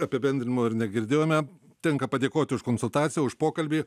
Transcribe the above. apibendrinimo ir negirdėjome tenka padėkoti už konsultaciją už pokalbį